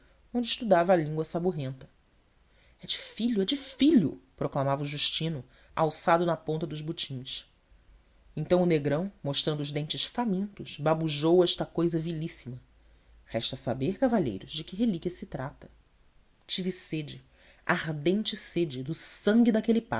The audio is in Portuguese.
onde estudava a língua saburrenta é de filho é de filho proclamava o justino alçado na ponta dos botins então o negrão mostrando os dentes famintos babujou esta cousa vilíssima resta saber cavalheiros de que relíquia se trata tive sede ardente sede do sangue daquele